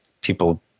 people